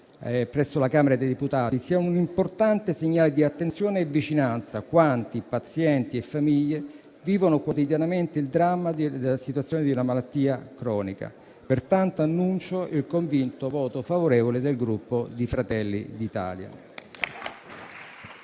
presso la Camera dei deputati, sia un importante segnale di attenzione e vicinanza a quanti, pazienti e famiglie, vivono quotidianamente il dramma della situazione della malattia cronica. Annuncio pertanto il convinto voto favorevole del Gruppo Fratelli d'Italia.